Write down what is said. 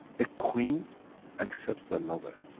a queen accepts a lover.